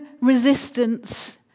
resistance